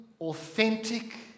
authentic